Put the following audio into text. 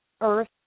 earth